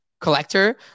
collector